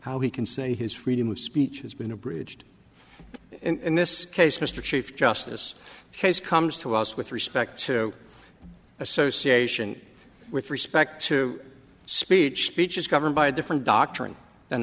how he can say his freedom of speech has been abridged in this case mr chief justice has comes to us with respect to association with respect to speech speech is governed by a different doctrine an